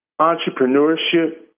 entrepreneurship